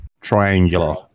triangular